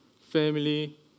family